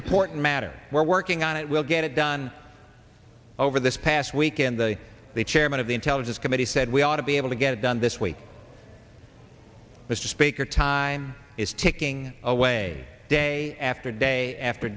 important matter we're working on it we'll get it done over this past weekend the the chairman of the intelligence committee said we ought to be able to get it done this week mr speaker time is ticking away day after day after